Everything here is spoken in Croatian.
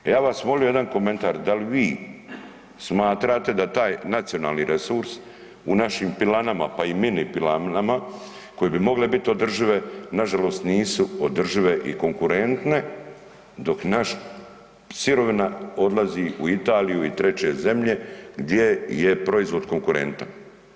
Ja bih vas molio jedan komentar, da li vi smatrate da taj nacionalni resurs u našim pilanama pa i mini pilanama koje bi mogle biti održive nažalost nisu održive i konkurentne, dok naš sirovina odlazi u Italiju i treće zemlje gdje je proizvod konkurentan.